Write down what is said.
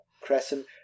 Crescent